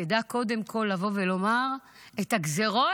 תדע קודם כול לבוא ולומר: את הגזרות